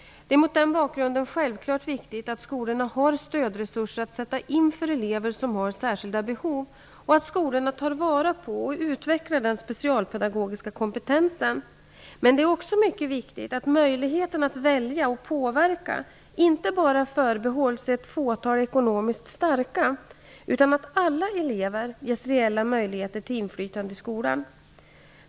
Det är mot den bakgrunden självklart viktigt att skolorna har stödresurser att sätta in för elever som har särskilda behov och att skolorna tar vara på och utvecklar den specialpedagogiska kompetensen. Men det är också mycket viktigt att möjligheten att välja och påverka inte bara förbehålls ett fåtal ekonomiskt starka, utan att alla elever ges reella möjligheter till inflytande i skolan.